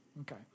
Okay